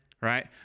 right